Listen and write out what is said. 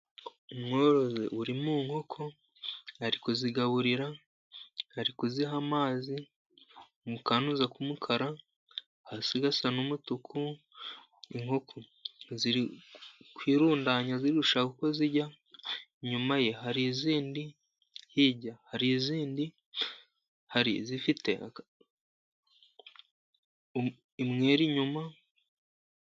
Umworozi uri mu nkoko. Ari kuzigaburira, ari kuziha amazi mu kantuza k'umukara, hasi gasa n'umutuku. Inkoko ziri kwirundanya ziri gushaka uko zirya, inyuma ye hari izindi, hirya hari izindi, hari izifote umweru inyuma...